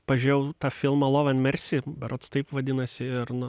pažėjau tą filmą lov end mersi berods taip vadinasi ir